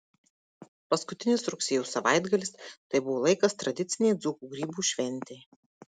paskutinis rugsėjo savaitgalis tai buvo laikas tradicinei dzūkų grybų šventei